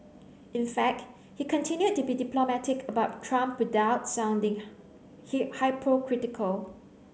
in fact he continued to be diplomatic about Trump without sounding hypocritical